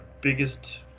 biggest